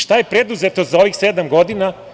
Šta je preduzeto za ovih sedam godina?